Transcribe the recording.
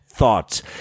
thoughts